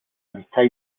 amistad